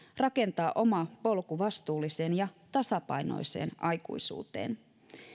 rakentaa oma polku vastuulliseen ja tasapainoiseen aikuisuuteen